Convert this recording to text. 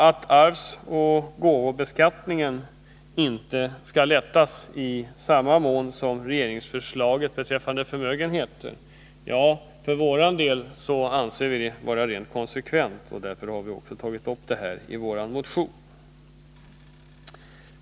Att arvsoch gåvobeskattningen inte skall lindras i samma mån som regeringen föreslår beträffande förmögenheter anser vi för vår del vara konsekvent, och vi har därför tagit upp det i vår motion.